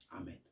Amen